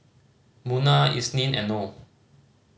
Munah Isnin and Noh